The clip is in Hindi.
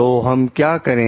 तो हम क्या करें